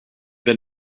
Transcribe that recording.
been